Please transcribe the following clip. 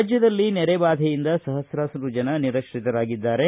ರಾಜ್ಞದಲ್ಲಿ ನೆರೆ ಬಾಧೆಯಿಂದ ಸಫ್ರಸಾರು ಜನ ನಿರಾತ್ರಿತರಾಗಿದ್ದಾರೆ